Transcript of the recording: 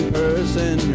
person